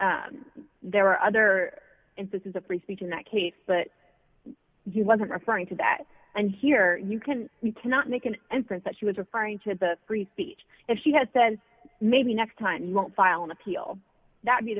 there were other instances of free speech in that case but he wasn't referring to that and here you can you cannot make an inference that she was referring to the free speech if she has then maybe next time you don't file an appeal that